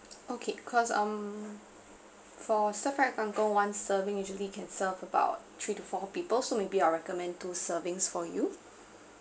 okay cause um for stir fried kang kong one serving usually can serve about three to four people so maybe I'll recommend two servings for you